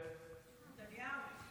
נתניהו.